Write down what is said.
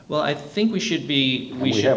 well i think we should be we have